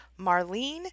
Marlene